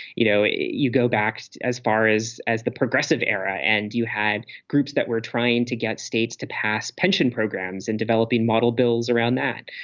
you know, you go back as far as as the progressive era and you had groups that were trying to get states to pass pension programs in developing model bills around that.